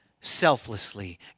selflessly